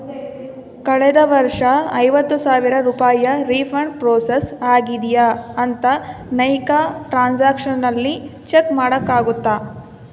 ಕಳೆದ ವರ್ಷ ಐವತ್ತು ಸಾವಿರ ರೂಪಾಯಿಯ ರೀಫಂಡ್ ಪ್ರೋಸೆಸ್ ಆಗಿದೆಯಾ ಅಂತ ನೈಕಾ ಟ್ರಾನ್ಸ್ಯಾಕ್ಷನ್ನಲ್ಲಿ ಚೆಕ್ ಮಾಡೋಕ್ಕಾಗುತ್ತಾ